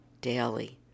daily